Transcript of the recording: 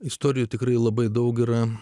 istorijoje tikrai labai daug yra